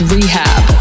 Rehab